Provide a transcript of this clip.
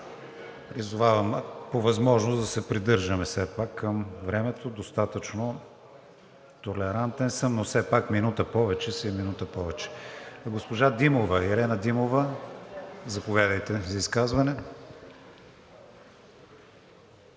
Призовавам по възможност да се придържаме все пак към времето, достатъчно толерантен съм, но все пак минута повече си е минута повече. Госпожа Ирена Димова – заповядайте за изказване.